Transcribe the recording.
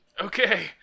Okay